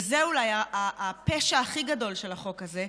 וזה אולי הפשע הכי גדול של החוק הזה,